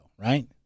right